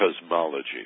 Cosmology